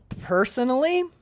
personally